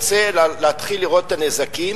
יוצא להתחיל לראות את הנזקים.